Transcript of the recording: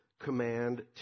command